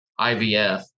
IVF